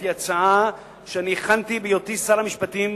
היא הצעה שאני הכנתי בהיותי שר המשפטים,